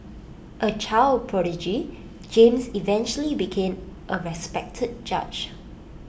A child prodigy James eventually became A respected judge